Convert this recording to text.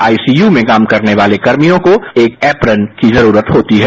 ICU में काम करने वाले कर्मियों को एक एप्रैन की जरूरत होती है